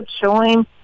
showing